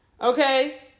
Okay